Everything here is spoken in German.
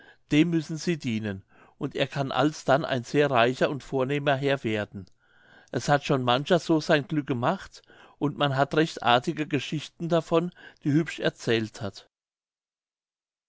dem müssen sie dienen und er kann alsdann ein sehr reicher und vornehmer herr werden es hat schon mancher so sein glück gemacht und man hat recht artige geschichten davon die hübsch erzählt hat